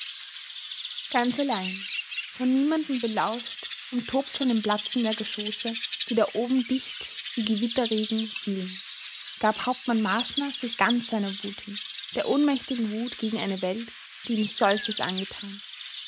ganz allein von niemandem belauscht umtobt von dem platzen der geschosse die da oben dicht wie gewitterregen fielen gab hauptmann marschner sich ganz seiner wut hin der ohnmächtigen wut gegen eine welt die ihm solches angetan